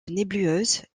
nébuleuse